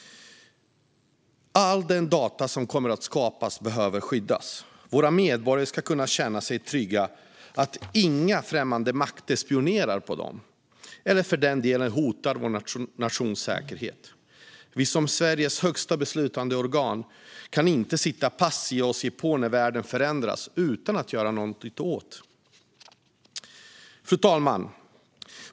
Alla de data som kommer att skapas behöver skyddas. Våra medborgare ska kunna känna sig trygga att inga främmande makter spionerar på dem eller för den delen hotar vår nations säkerhet. Vi som Sveriges högsta beslutande organ kan inte sitta passiva och se på när världen förändras utan att göra något. Fru talman!